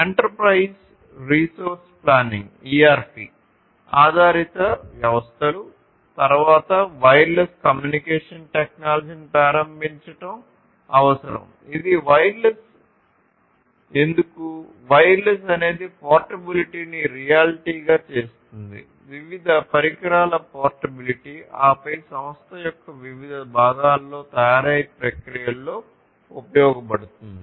enterprise resource planning ERP ఆధారిత వ్యవస్థలు తరువాత వైర్లెస్ కమ్యూనికేషన్ టెక్నాలజీని ప్రారంభించడం అవసరం ఇది వైర్లెస్ ఎందుకు వైర్లెస్ అనేది పోర్టబిలిటీని రియాలిటీగా చేస్తుంది వివిధ పరికరాల పోర్టబిలిటీ ఆపై సంస్థ యొక్క వివిధ భాగాలలో తయారీ ప్రక్రియలో ఉపయోగించబడుతోంది